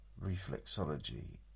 Reflexology